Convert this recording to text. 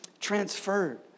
transferred